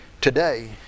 today